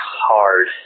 hard